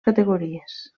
categories